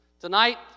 Tonight